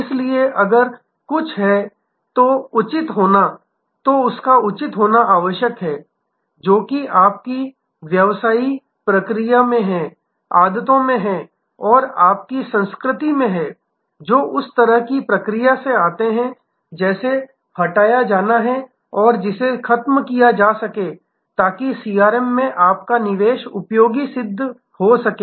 इसलिए अगर कुछ है तो उचित होना तो उसका उचित होना आवश्यक है जोकि आपकी व्यवसाई प्रक्रिया में है आदतों में है और आपकी संस्कृति में है जो उस तरह की प्रक्रिया से आते हैं जैसे हटाया जाना है और जिसे खत्म किया जा सके ताकि सीआरएम में आपका निवेश उपयोगी सिद्ध हो सके